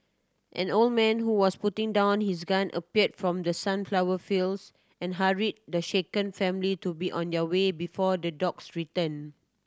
an old man who was putting down his gun appeared from the sunflower fields and hurried the shaken family to be on their way before the dogs return